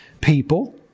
people